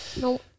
No